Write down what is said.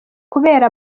kubera